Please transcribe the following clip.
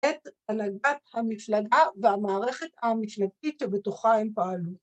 ‫את הנהגת המפלגה והמערכת המפלגתית ‫שבתוכה הם פעלו.